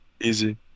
Easy